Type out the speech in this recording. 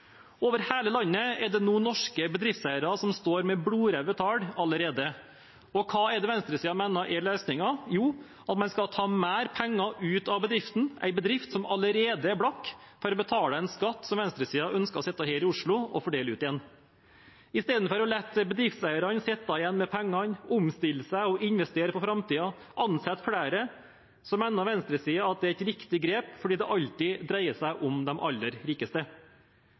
Over hele landet er det nå norske bedriftseiere som står med blodrøde tall allerede. Og hva er det venstresiden mener er løsningen? Jo, at man skal ta mer penger ut av bedriften, en bedrift som allerede er blakk, for å betale en skatt som venstresiden ønsker å sitte her i Oslo og fordele ut igjen. Istedenfor å la bedriftseierne sitte igjen med pengene, omstille seg og investere for framtiden og ansette flere, mener venstresiden at det er et riktig grep fordi det alltid dreier seg om de aller rikeste.